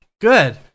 Good